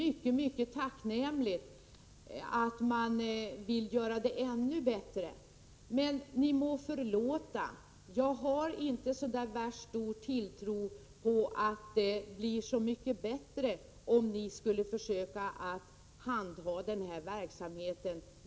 Det är mycket tacknämligt att man vill åstadkomma en ännu större förbättring, men man må förlåta mig: jag har inte särskilt stor tilltro till att det blir så mycket bättre om ni gemensamt skulle försöka handha denna verksamhet.